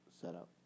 setup